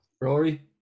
Rory